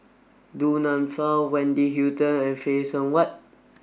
Du Nanfa Wendy Hutton and Phay Seng Whatt